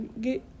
Get